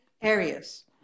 areas